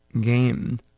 game